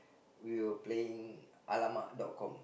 we were playing !alamak! dot com